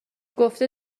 گفته